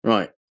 Right